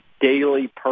daily